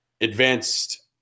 advanced